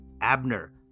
Abner